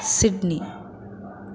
Sydney